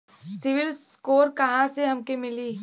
CIBIL score कहाँसे हमके मिली?